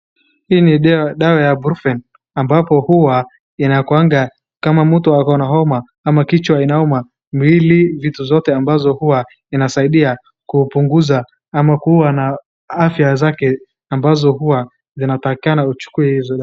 Hii ni dawa ya brufen ambapo huwa inakuwanga kama mtu akona homa ama kichwa inauma miwili vitu zote ambazo huwa inasaidia kupunguza ama kuwa na afya zake ambazo huwa zinatakikana ichukue hizo dawa